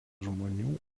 žmonių